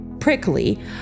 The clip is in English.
Prickly